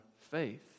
faith